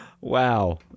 Wow